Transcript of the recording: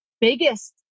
biggest